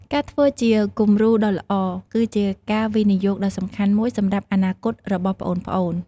ការធ្វើជាគំរូដ៏ល្អគឺជាការវិនិយោគដ៏សំខាន់មួយសម្រាប់អនាគតរបស់ប្អូនៗ ។